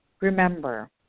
remember